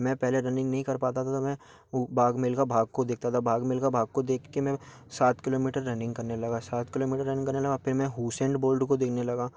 मैं पहले रनिंग नहीं कर पाता था तो मैं उ भाग मिलखा भाग को देखता था भाग मिलखा भाग को देख के मैं सात किलोमीटर रनिंग करने लगा सात किलोमीटर रनिंग करने लगा फ़िर मैं हुसेंड बोल्ड को देखने लगा